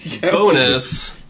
Bonus